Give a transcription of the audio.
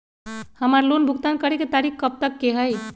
हमार लोन भुगतान करे के तारीख कब तक के हई?